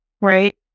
right